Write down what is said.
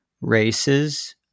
races